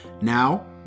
Now